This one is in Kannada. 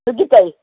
ನುಗ್ಗಿಕಾಯಿ